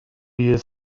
you